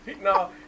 No